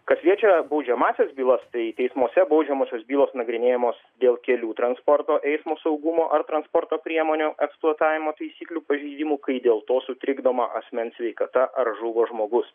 kas liečia baudžiamąsias bylas tai teismuose baudžiamosios bylos nagrinėjamos dėl kelių transporto eismo saugumo ar transporto priemonių eksploatavimo taisyklių pažeidimų kai dėl to sutrikdoma asmens sveikata ar žuvo žmogus